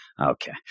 Okay